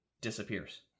disappears